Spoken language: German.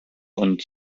und